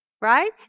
right